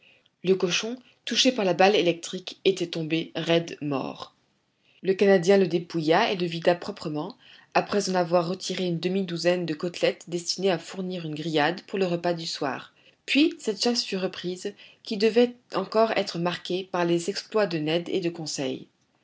le cochon touché par la balle électrique était tombé raide mort le canadien le dépouilla et le vida proprement après en avoir retiré une demi-douzaine de côtelettes destinées à fournir une grillade pour le repas du soir puis cette chasse fut reprise qui devait encore être marquée par les exploits de ned et de conseil